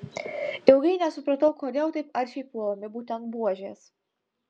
ilgai nesupratau kodėl taip aršiai puolami būtent buožės